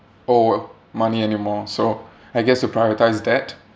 owe money anymore so I guess to prioritise debt